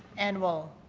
annual.